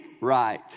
Right